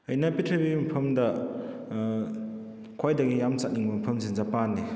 ꯑꯩꯅ ꯄ꯭ꯔꯤꯊꯤꯕꯤꯒꯤ ꯃꯐꯝꯗ ꯈ꯭ꯋꯥꯏꯗꯒꯤ ꯌꯥꯝ ꯆꯠꯅꯤꯡꯕ ꯃꯐꯝꯁꯤ ꯖꯄꯥꯟꯅꯤ